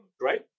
right